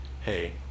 hey